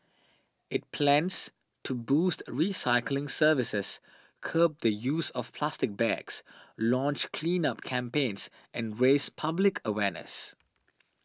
it plans to boost recycling services curb the use of plastic bags launch cleanup campaigns and raise public awareness